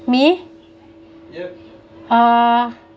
me uh